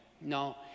No